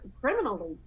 criminally